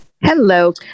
Hello